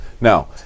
Now